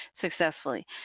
successfully